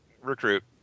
Recruit